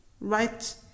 right